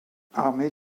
armee